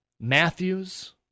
Matthews